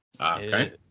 Okay